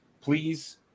please